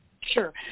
Sure